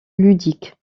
ludique